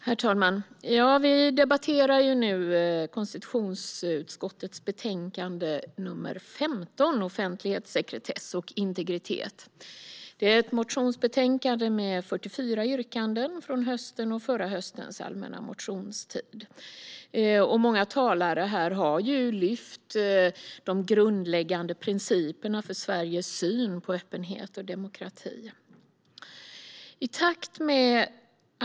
Herr talman! Vi debatterar nu konstitutionsutskottets betänkande nr 15 Offentlighet, sekretess och integritet . Det är ett motionsbetänkande med 44 yrkanden från höstens och förra höstens allmänna motionstid. Många talare har lyft fram de grundläggande principerna för Sveriges syn på öppenhet och demokrati.